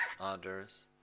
others